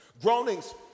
Groanings